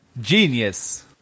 genius